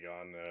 on